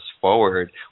forward